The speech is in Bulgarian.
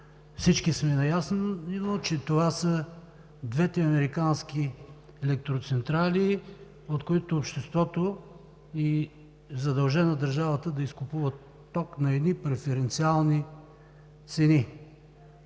Всички сме наясно, че това са двете американски електроцентрали, от които обществото е задължено да изкупува ток от държавата на преференциални цени.